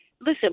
listen